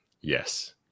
Yes